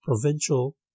provincial